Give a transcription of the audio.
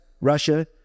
Russia